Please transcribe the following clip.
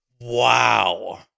Wow